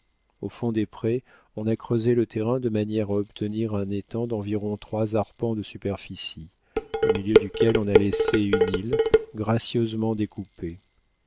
au fond des prés on a creusé le terrain de manière à obtenir un étang d'environ trois arpents de superficie au milieu duquel on a laissé une île gracieusement découpée